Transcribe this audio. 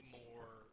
more